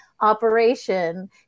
operation